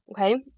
Okay